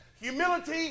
humility